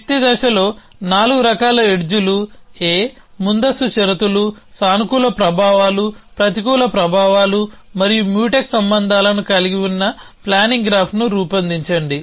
శక్తి దశలో నాలుగు రకాల ఎడ్జ్లు A ముందస్తు షరతులు సానుకూల ప్రభావాలు ప్రతికూల ప్రభావాలు మరియు మ్యూటెక్స్ సంబంధాలను కలిగి ఉన్న ప్లానింగ్ గ్రాఫ్ను రూపొందించండి